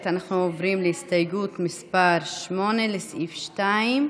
הסתייגות מס' 7, לסעיף 2,